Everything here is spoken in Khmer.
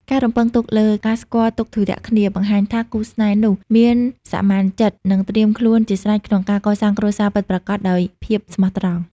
ការរំពឹងទុកលើ "ការស្គាល់ទុក្ខធុរៈគ្នា" បង្ហាញថាគូស្នេហ៍នោះមានសមានចិត្ត និងត្រៀមខ្លួនជាស្រេចក្នុងការកសាងគ្រួសារពិតប្រាកដដោយភាពស្មោះត្រង់។